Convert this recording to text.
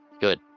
Good